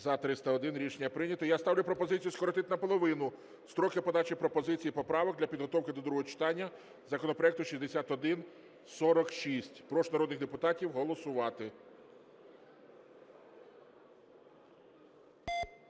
За-301 Рішення прийнято. Я ставлю пропозицію скоротити наполовину строки подачі пропозицій і поправок для підготовки до другого читання законопроекту 6146. Прошу народних депутатів голосувати.